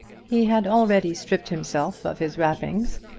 he had already stripped himself of his wrappings,